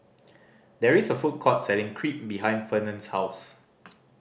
there is a food court selling Crepe behind Fernand's house